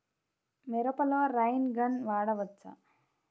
మిరపలో rain gun వాడవచ్చా?